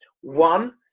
one